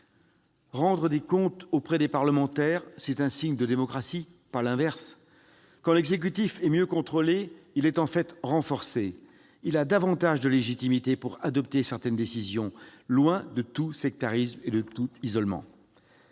! Rendre des comptes aux parlementaires, c'est un signe de démocratie, pas l'inverse. Quand l'exécutif est mieux contrôlé, il est en fait renforcé : il a davantage de légitimité pour décider, loin de tout sectarisme et de tout isolement.